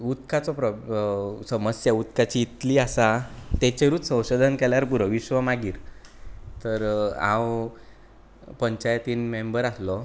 उदकाचो प्रोब्लम उदकाची समस्या जी इतली आसा की तेचेरूच संशोधन केल्यार पुरो विश्व मागीर तर हांव पंचायतींत मेंबर आसलो